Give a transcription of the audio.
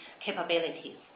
capabilities